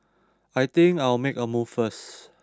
I think I'll make a move first